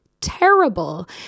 terrible